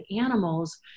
animals